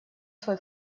свой